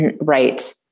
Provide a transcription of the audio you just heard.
Right